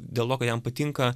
dėl to kad jam patinka